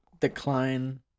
decline